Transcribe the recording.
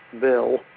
bill